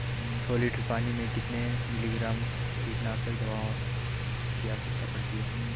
सौ लीटर पानी में कितने मिलीग्राम कीटनाशक दवाओं की आवश्यकता पड़ती है?